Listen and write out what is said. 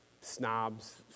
snobs